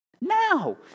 Now